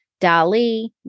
DALI